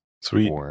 Sweet